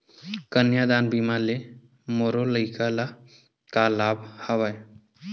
कन्यादान बीमा ले मोर लइका ल का लाभ हवय?